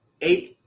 eight